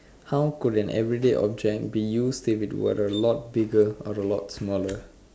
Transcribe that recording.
how could an everyday object be used if it were a lot bigger or a lot smaller